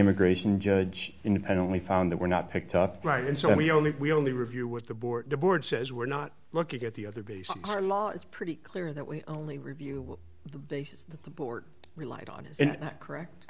immigration judge and only found that were not picked up right and so we only we only review what the board the board says we're not looking at the other bases it's pretty clear that we only review the bases that the board relied on is correct